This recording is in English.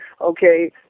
okay